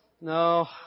no